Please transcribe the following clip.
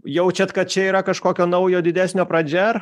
jaučiat kad čia yra kažkokio naujo didesnio pradžia ar